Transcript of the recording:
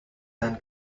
then